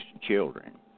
children